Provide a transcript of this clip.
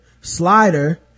slider